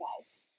guys